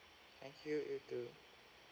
thank you you too